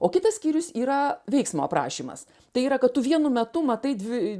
o kitas skyrius yra veiksmo aprašymas tai yra kad tu vienu metu matai dvi